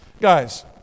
Guys